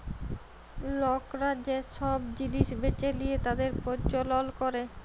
লকরা যে সব জিলিস বেঁচে লিয়ে তাদের প্রজ্বলল ক্যরে